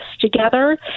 together